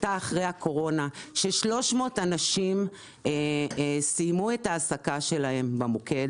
שהייתה אחרי הקורונה כאשר 300 אנשים סיימו את ההעסקתם במוקד.